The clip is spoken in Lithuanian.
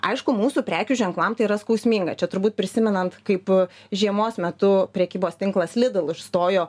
aišku mūsų prekių ženklam tai yra skausminga čia turbūt prisimenant kaip žiemos metu prekybos tinklas lidl išstojo